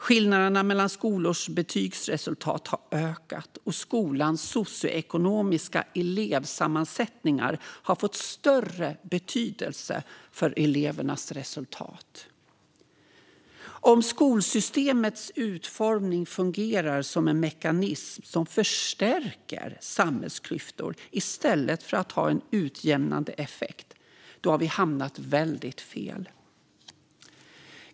Skillnaderna mellan skolors betygsresultat har ökat, och skolans socioekonomiska elevsammansättningar har fått större betydelse för elevernas resultat. Om skolsystemets utformning fungerar som en mekanism som förstärker samhällsklyftor i stället för att ha en utjämnande effekt har vi hamnat väldigt fel.